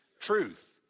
Truth